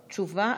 תשובה.